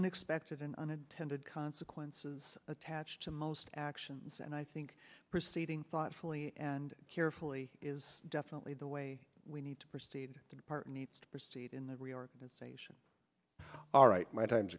nexpected an unintended consequences attached to most actions and i think proceeding thoughtfully and carefully is definitely the way we need to proceed to depart needs to proceed in the reorganization all right my time